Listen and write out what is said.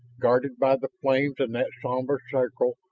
guarded by the flames and that somber circle,